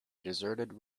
deserted